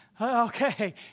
okay